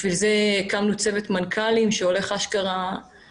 לשם כך הקמנו צוות מנכ"לים שהולך להכניס